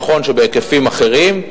נכון שבהיקפים אחרים,